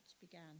began